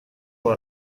есть